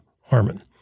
Harmon